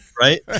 right